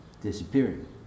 disappearing